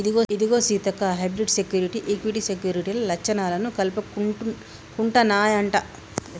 ఇదిగో సీతక్క hybrid security, equity సెక్యూరిటీల లచ్చణాలను కలుపుకుంటన్నాయంట